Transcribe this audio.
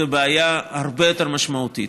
זאת בעיה הרבה יותר משמעותית.